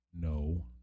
no